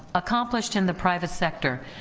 accomplished in the private sector.